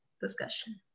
discussion